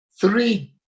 three